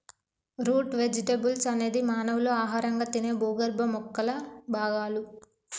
route vegetables అనేది మానవులు ఆహారంగా తినే భూగర్భ మొక్కల భాగాలు